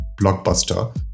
blockbuster